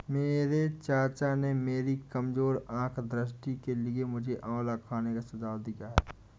मेरे चाचा ने मेरी कमजोर आंख दृष्टि के लिए मुझे आंवला खाने का सुझाव दिया है